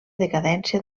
decadència